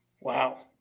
Wow